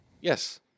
Yes